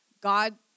God